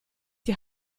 die